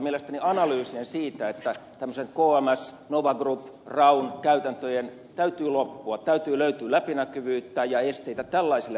mielestäni analyysinne siitä että tämmöisten kms nova group ray käytäntöjen täytyy loppua täytyy läpinäkyvyyttä ja estivät tällaisia